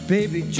Baby